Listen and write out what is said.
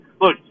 look